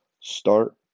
start